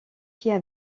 fille